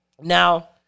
Now